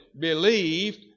believed